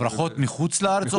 הברחות מחוץ לארץ?